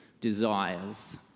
desires